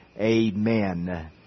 Amen